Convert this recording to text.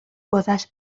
گذشت